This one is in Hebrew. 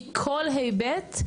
מכל היבט,